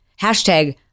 Hashtag